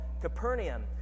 Capernaum